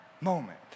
moment